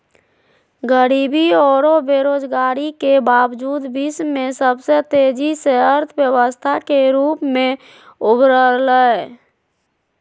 गरीबी औरो बेरोजगारी के बावजूद विश्व में सबसे तेजी से अर्थव्यवस्था के रूप में उभरलय